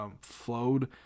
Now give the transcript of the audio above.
flowed